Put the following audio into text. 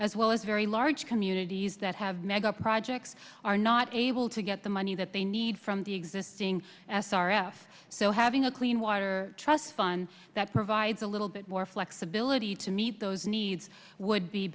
as well as very large communities that have mega projects are not able to get the money that they need from the existing ass r f so having a clean water trust fund that provides a little bit more flexibility to meet those needs would be